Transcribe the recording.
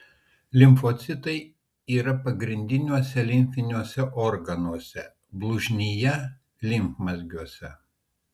limfocitai yra pagrindiniuose limfiniuose organuose blužnyje limfmazgiuose